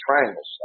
triangles